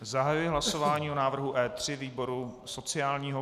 Zahajuji hlasování o návrhu E3 výboru sociálního.